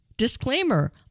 Disclaimer